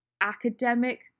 academic